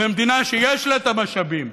במדינה שיש לה את המשאבים,